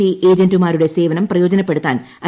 C ഏജന്റുമാരുടെ സേവനം പ്രയോജനപ്പെടുത്താൻ ഐ